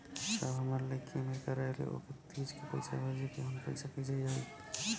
साहब हमार लईकी अमेरिका रहेले ओके तीज क पैसा भेजे के ह पैसा कईसे जाई?